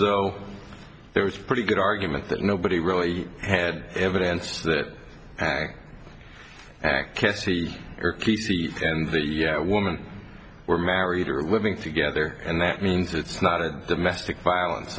though there was pretty good argument that nobody really had evidence that ak can see or keesey and the woman were married or living together and that means it's not a domestic violence